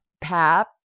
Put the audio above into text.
Pap